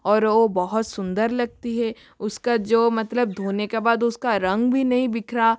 और वह बहुत सुंदर लगती है उसका जो मतलब धोने के बाद उसका रंग भी नहीं बिखरा